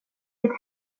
ett